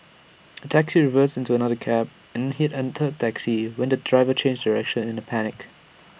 A taxi reversed into another cab then hit A third taxi when the driver changed direction in A panic